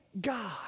God